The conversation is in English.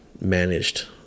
managed